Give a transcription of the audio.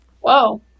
Whoa